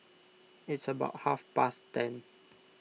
it's about half past ten